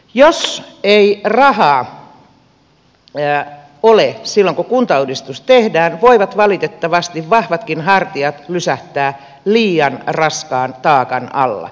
jos ei rahaa ole silloin kun kuntauudistus tehdään voivat valitettavasti vahvatkin hartiat lysähtää liian raskaan taakan alla